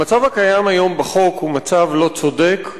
המצב הקיים היום בחוק הוא מצב לא צודק,